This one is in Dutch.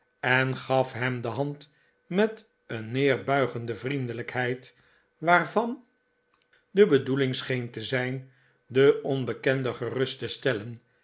en gaf hem de hand met een neerbuigende vriendelijkheid waarvan de bedoeling scheen te zijn den onbekende gerust te stellen